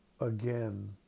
again